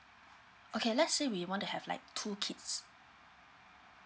okay let's say we want to have like two kids